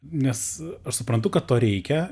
nes aš suprantu kad to reikia